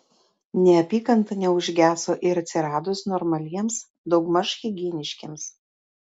neapykanta neužgeso ir atsiradus normaliems daugmaž higieniškiems